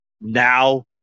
now